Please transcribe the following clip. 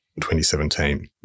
2017